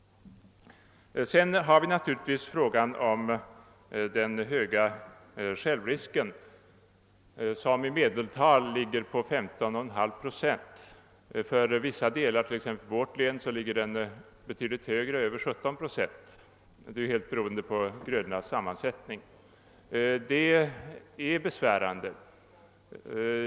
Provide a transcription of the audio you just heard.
Sedan har vi frågan om den höga självrisken som i medeltal ligger på 15,5 procent. För vissa delar av landet, t.ex. mitt eget län, ligger den betydligt högre eller på över 17 procent, vilket är beroende på grödornas sammansättning. Detta är besvärande.